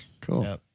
Cool